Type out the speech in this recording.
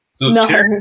No